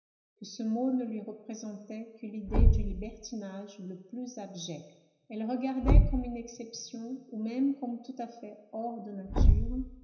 ce mot ne lui représentait que l'idée du libertinage le plus abject elle regardait comme une exception ou même comme tout à fait hors de nature